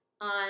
on